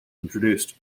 introduced